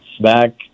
back